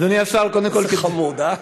אדוני השר, קודם כול, איזה חמוד, אה?